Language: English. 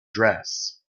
dress